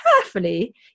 carefully